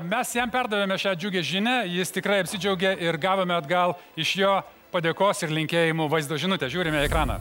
mes jam perdavėme šią džiugią žinią jis tikrai apsidžiaugė ir gavome atgal iš jo padėkos ir linkėjimų vaizdo žinutę žiūrime į ekraną